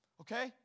Okay